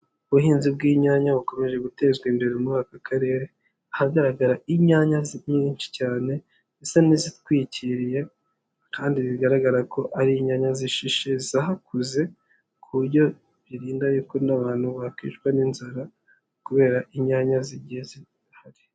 Ubuhinzi bw'inyanya bukomeje gutezwa imbere muri aka karere, ahagaragara inyanya nyinshi cyane zisa n'izitwikiriye kandi bigaragara ko ari inyanyashe zakuze ku buryo birinda yuko abantu bakwicwa n'inzara kubera inyanya zigiye zidahari.